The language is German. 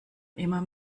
immer